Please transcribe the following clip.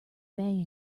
bang